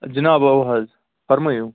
جِناب اَوٕ حظ فَرمٲوِو